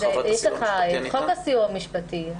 יש את חוק הסיוע המשפטי.